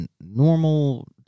normal